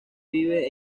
vive